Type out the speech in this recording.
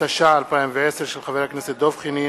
התש"ע 2010, של חבר הכנסת דב חנין